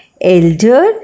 elder